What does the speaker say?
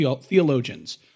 theologians